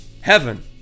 Heaven